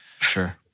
Sure